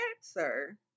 sir